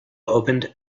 opened